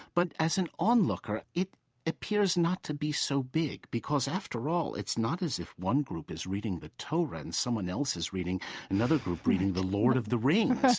but as an onlooker, it appears not to be so big. because after all, it's not as if one group is reading the torah and some one else is reading another group reading the lord of the rings right